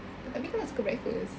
tapi kau tak suka breakfast